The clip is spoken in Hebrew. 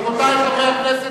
רבותי חברי הכנסת,